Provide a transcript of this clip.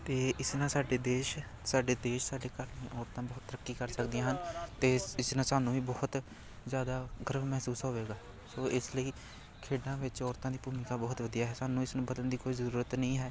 ਅਤੇ ਇਸ ਨਾਲ ਸਾਡੇ ਦੇਸ਼ ਸਾਡੇ ਦੇਸ਼ ਸਾਡੇ ਘਰ ਦੀਆਂ ਔਰਤਾਂ ਬਹੁਤ ਤਰੱਕੀ ਕਰ ਸਕਦੀਆਂ ਹਨ ਅਤੇ ਇਸ ਇਸ ਨਾਲ ਸਾਨੂੰ ਵੀ ਬਹੁਤ ਜ਼ਿਆਦਾ ਗਰਬ ਮਹਿਸੂਸ ਹੋਵੇਗਾ ਸੋ ਇਸ ਲਈ ਖੇਡਾਂ ਵਿੱਚ ਔਰਤਾਂ ਦੀ ਭੂਮਿਕਾ ਬਹੁਤ ਵਧੀਆ ਹੈ ਸਾਨੂੰ ਇਸ ਨੂੰ ਬਦਲਣ ਦੀ ਕੋਈ ਜ਼ਰੂਰਤ ਨਹੀਂ ਹੈ